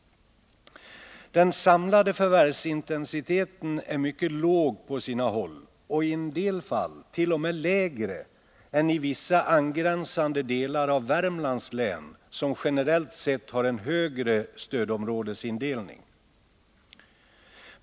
Den samlade förvärvsintensiteten är mycket låg på sina håll och i en del fall t.o.m. lägre än i vissa angränsande delar av Värmlands län, som generellt sett har en högre stödområdestillhörighet.